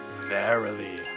Verily